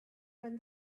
when